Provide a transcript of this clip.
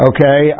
Okay